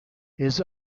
his